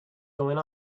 going